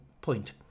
point